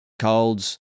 colds